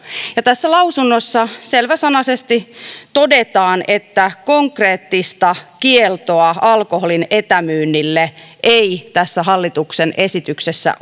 lausunnon tässä lausunnossa selväsanaisesti todetaan että konkreettista kieltoa alkoholin etämyynnille ei tässä hallituksen esityksessä